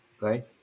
Right